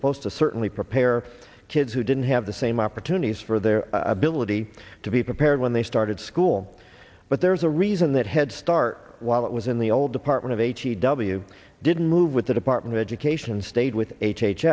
supposed to certainly prepare kids who didn't have the same opportunities for their ability to be prepared when they started school but there's a reason that head start while it was in the old department of h e w didn't move with the department of education and stayed with h h